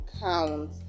count